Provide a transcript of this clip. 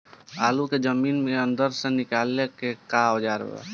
आलू को जमीन के अंदर से निकाले के का औजार बा?